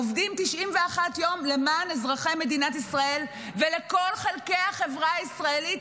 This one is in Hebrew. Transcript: עובדים 91 יום למען אזרחי מדינת ישראל ולכל חלקי החברה הישראלית,